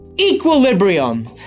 equilibrium